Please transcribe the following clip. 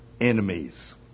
enemies